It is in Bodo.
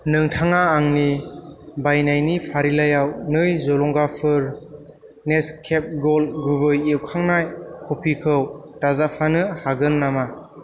नोंथाङा आंनि बायनायनि फारिलाइयाव नै जलंगाफोर नेसकेफ ग'ल्ड गुबै एवखांनाय कफिखौ दाजाबफानो हागोन नामा